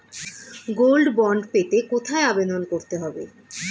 Gold bond পেতে কোথায় আবেদন করতে হবে?